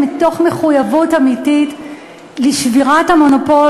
מתוך מחויבות אמיתית לשבירת המונופול